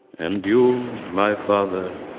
and you, my father,